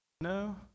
no